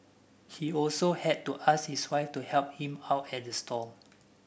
he also had to ask his wife to help him out at the stall